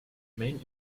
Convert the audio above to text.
main